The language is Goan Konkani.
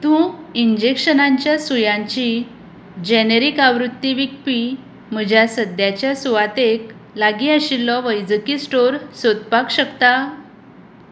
तूं इंजेक्शनाच्या सुयांची जेनेरिक आवृत्ती विकपी म्हज्या सद्याच्या सुवातेक लागीं आशिल्लो वैजकी स्टोर सोदपाक शकता